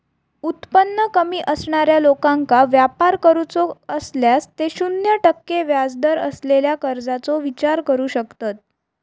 उत्पन्न कमी असणाऱ्या लोकांका व्यापार करूचो असल्यास ते शून्य टक्के व्याजदर असलेल्या कर्जाचो विचार करू शकतत